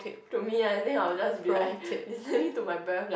to me I think I'll just be like listening to my breath like